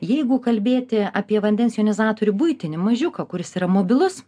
jeigu kalbėti apie vandens jonizatorių buitinį mažiuką kuris yra mobilus